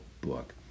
book